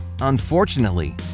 Unfortunately